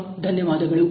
ತುಂಬಾ ಧನ್ಯವಾದಗಳು